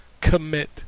commit